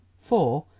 for,